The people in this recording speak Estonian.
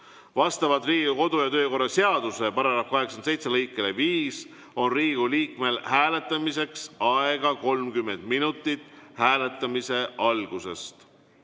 Vastavalt Riigikogu kodu‑ ja töökorra seaduse § 87 lõikele 5 on Riigikogu liikmetel hääletamiseks aega 30 minutit hääletamise algusest.